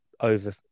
over